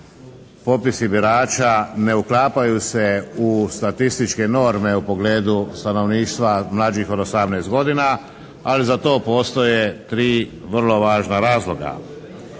popisi birača ne uklapaju se u statističke norme u pogledu stanovništva mlađih od 18 godina, ali za to postoje tri vrlo važna razloga.